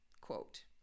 quote